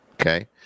Okay